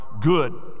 good